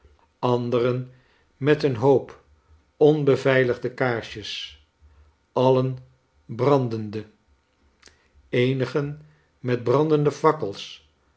anderen met een hoop onbeveiligde kaarsjes alien brandende eenigen met brandende fakkels